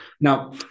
now